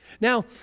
Now